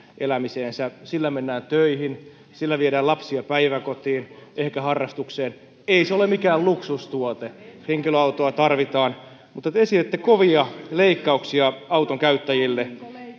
elämiseensä sillä mennään töihin sillä viedään lapsia päiväkotiin ehkä harrastukseen ei se ole mikään luksustuote henkilöautoa tarvitaan mutta te esitätte kovia leikkauksia auton käyttäjille